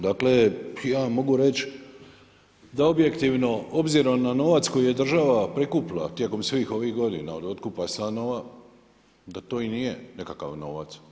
Dakle, ja mogu reći da objektivno obzirom na novac koji je država prikupila tijekom svih ovih godina od otkupa stanova, da to i nije nekakav novac.